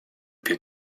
più